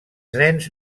nens